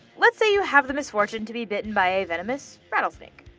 let's say you have the misfortune to be bitten by a venomous rattlesnake.